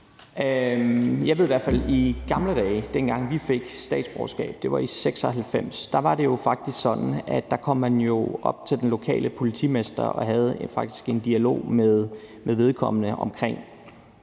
Jeg ved i hvert fald, at i gamle dage, altså dengang vi fik statsborgerskab i 1996, var det jo faktisk sådan, at man kom op til den lokale politimester og havde en dialog med vedkommende om vind